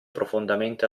profondamente